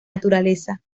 naturaleza